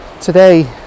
today